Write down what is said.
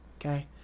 okay